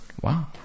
Wow